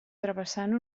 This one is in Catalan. travessant